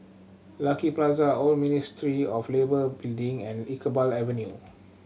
Lucky Plaza Old Ministry of Labour Building and Iqbal Avenue